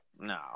No